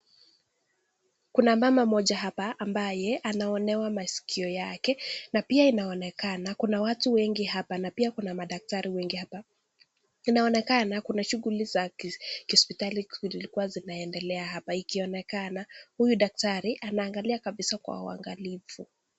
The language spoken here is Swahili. Kuna mama mmoja hapa ambaye anaonewa masikio yake , na pia inaonekana kuna watu wengi hapa na kuna daktari wengi hapa. Inaonekana kuna shughuli za kihospitali zilikuwa zinaendelea hapa, ikionekana huyu daktari anaangalia kwa uangalifu.